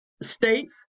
States